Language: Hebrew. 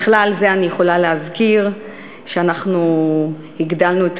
בכלל זה אני יכולה להזכיר שהגדלנו את